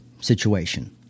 situation